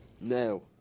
now